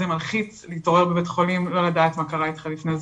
זה מלחיץ להתעורר בבית חולים ולא לדעת מה קרה איתך לפני זה.